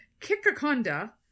Kikakonda